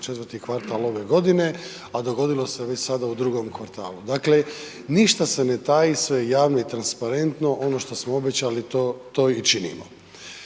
za 4 kvartal ove godine, a dogodilo se već sada u 2 kvartalu. Dakle, ništa se ne taji, sve je javno i transparentno ono što smo obećali to i činimo.